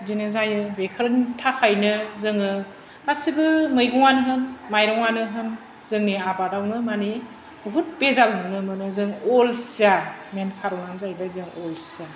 बिदिनो जायो बेफोरनि थाखायनो जोङो गासिबो मैगंआनो होन माइरंआनो होन जोंनि आबादावनो मानि बुहुत बेजाल नुनो मोनो जों अलसिया मेन खारनानो जाहैबाय जों अलसिया